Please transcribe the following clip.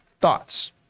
thoughts